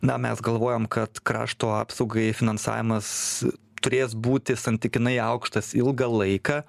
na mes galvojam kad krašto apsaugai finansavimas turės būti santykinai aukštas ilgą laiką